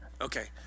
Okay